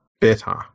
better